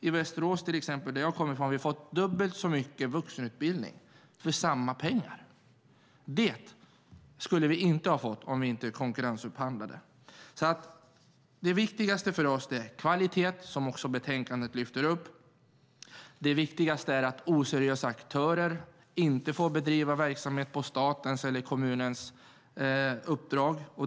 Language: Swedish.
I Västerås har vi fått dubbelt så mycket vuxenutbildning för samma pengar. Det skulle vi inte ha fått om vi inte hade konkurrensupphandlat. Det viktiga för oss är kvalitet, vilket betänkandet också lyfter upp. Viktigt är också att oseriösa aktörer inte får bedriva verksamhet på statens eller kommunens uppdrag.